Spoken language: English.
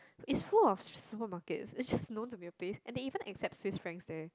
it's full of supermarkets it's just known to be a place and they even accept Swiss Francs there